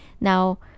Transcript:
Now